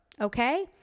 Okay